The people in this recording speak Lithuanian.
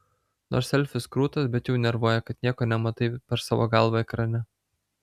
nors selfis krūtas bet jau nervuoja kad nieko nematai per savo galvą ekrane